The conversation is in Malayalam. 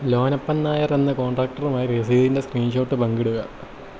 ലോനപ്പൻ നായർ എന്ന കോൺടാക്ടറുമായി രസീതിൻ്റെ സ്ക്രീൻഷോട്ട് പങ്കിടുക